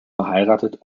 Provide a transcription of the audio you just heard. verheiratet